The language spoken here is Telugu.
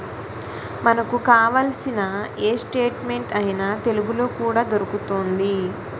మనకు కావాల్సిన ఏ స్టేట్మెంట్ అయినా తెలుగులో కూడా దొరుకుతోంది